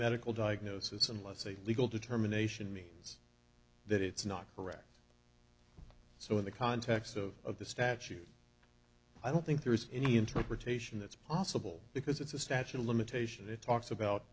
medical diagnosis unless a legal determination means that it's not correct so in the context of the statute i don't think there's any interpretation that's possible because it's a statute of limitation it talks about